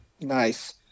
Nice